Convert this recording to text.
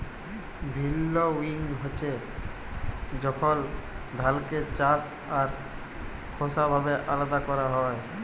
ভিল্লউইং হছে যখল ধালকে চাল আর খোসা ভাবে আলাদা ক্যরা হ্যয়